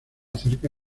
cerca